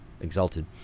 exalted